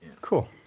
Cool